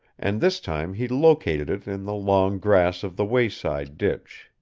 and this time he located it in the long grass of the wayside ditch.